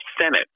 Senate